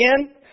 again